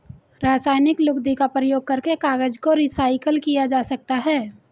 रासायनिक लुगदी का प्रयोग करके कागज को रीसाइकल किया जा सकता है